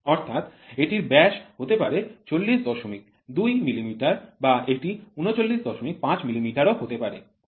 অর্থাৎ এটির ব্যাস হতে পারে ৪০২ মিলিমিটার বা এটি ৩৯৫ মিলিমিটার ও হতে পারে